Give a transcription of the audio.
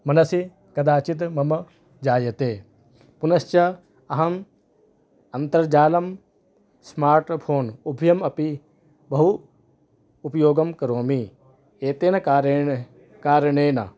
मनसि कदाचित् मम जायते पुनश्च अहम् अन्तर्जालं स्मार्ट् फोन् उभ्यम् अपि बहु उपयोगं करोमि एतेन कारणेन कारणेन